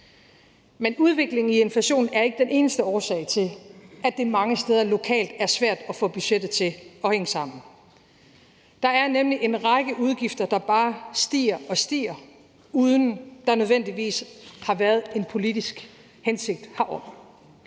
Men udviklingen i inflationen er ikke den eneste årsag til, at det mange steder lokalt er svært at få budgettet til at hænge sammen. Der er nemlig en række udgifter, der bare stiger og stiger, uden at det nødvendigvis har været en politisk hensigt.